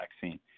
vaccine